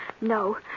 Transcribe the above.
No